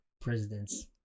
presidents